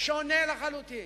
שונה לחלוטין.